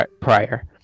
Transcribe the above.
prior